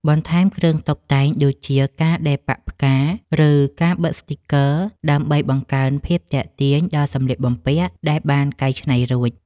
បន្ថែមគ្រឿងតុបតែងដូចជា ការដេរប៉ាក់ផ្កា ឬការបិទស្ទីគ័រ ដើម្បីបង្កើនភាពទាក់ទាញដល់សម្លៀកបំពាក់ដែលបានកែច្នៃរួច។